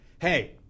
hey